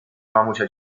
mamusia